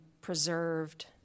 preserved